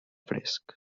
fresc